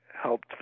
helped